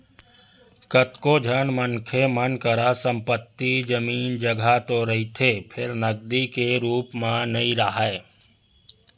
कतको झन मनखे मन करा संपत्ति, जमीन, जघा तो रहिथे फेर नगदी के रुप म नइ राहय